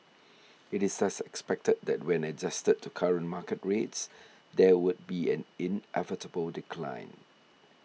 it is thus expected that when adjusted to current market rates there would be an inevitable decline